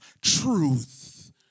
truth